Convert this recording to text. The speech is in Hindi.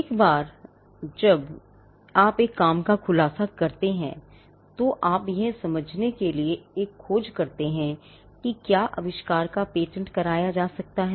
एक बार जब आप एक काम का खुलासा करते हैं तो आप यह समझने के लिए एक खोज करते हैं कि क्या आविष्कार का पेटेंट कराया जा सकता है